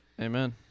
Amen